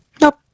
Nope